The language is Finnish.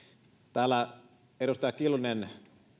täällä edustaja kiljunen